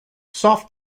soft